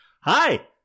Hi